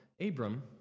Abram